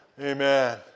Amen